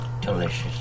delicious